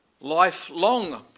lifelong